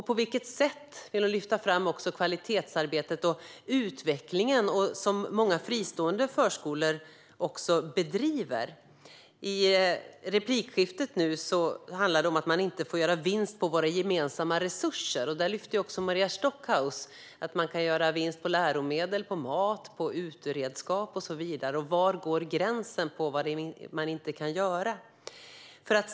På vilket sätt vill hon lyfta fram deras utveckling och det kvalitetsarbete som många fristående förskolor bedriver? I replikskiftet nyss handlade det om att man inte ska få göra vinst med våra gemensamma resurser. Där lyfte Maria Stockhaus fram att man kan göra vinst på läromedel, mat, uteredskap och så vidare. Var går gränsen för vad man inte ska få göra vinst på?